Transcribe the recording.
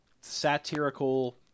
satirical